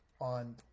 on